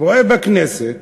רואה בכנסת,